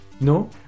No